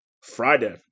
Friday